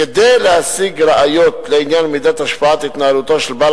כדי להשיג ראיות לעניין מידת השפעת התנהלותו של בעל